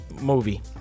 movie